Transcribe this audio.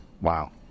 Wow